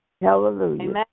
Hallelujah